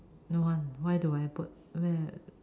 no one why do I put where